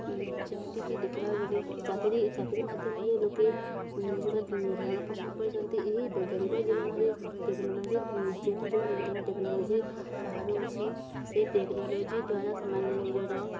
ଯେମିତିକି ଦେଖିବାକୁ ଗଲେ ଚାକିରି ଚାକିରି ମାଧ୍ୟମରେ ଲୋକେ ନିଜର ଭରଣପୋଷଣ କରିଥାନ୍ତି ଏହି ବୈଜ୍ଞାନିକ ଜୀବନରେ ଟେକ୍ନୋଲୋଜି ଯେଉଁ ଯେଉଁ ନୂତନ ଟେକ୍ନୋଲୋଜି ବାହାରୁଅଛି ସେହି ଟେକ୍ନୋଲୋଜି ଦ୍ୱାରା ସେମାନେ ନିଜର